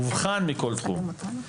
מובחן מכל תחום.